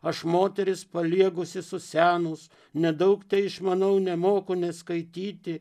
aš moteris paliegusi susenus nedaug teišmanau nemoku net skaityti